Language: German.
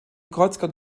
kreuzgang